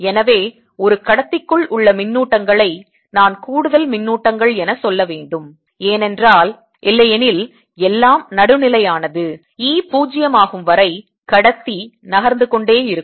எனவே ஒரு கடத்திக்குள் உள்ள மின்னூட்டங்களை நான் கூடுதல் மின்னூட்டங்கள் என சொல்ல வேண்டும் ஏனென்றால் இல்லையெனில் எல்லாம் நடுநிலையானது E பூஜ்ஜியமாகும் வரை கடத்தி நகர்ந்து கொண்டே இருக்கும்